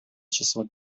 числа